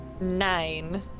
Nine